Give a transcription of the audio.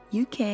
UK